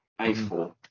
a4